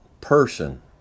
person